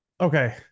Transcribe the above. Okay